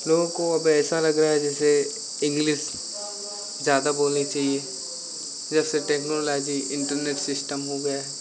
लोगों को अब ऐसा लग रहा है जैसे इंग्लिश ज़्यादा बोलनी चाहिए जब से टेक्नोलॉजी इन्टरनेट सिस्टम हो गया है